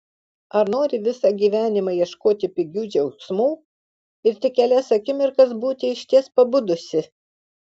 ar nori visą gyvenimą ieškoti pigių džiaugsmų ir tik kelias akimirkas būti išties pabudusi